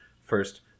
first